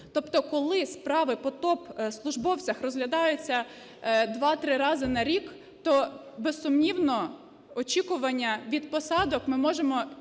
Тобто коли справи по топ-службовцях розглядаються 2-3 рази на рік, то безсумнівно очікування посадок ми можемо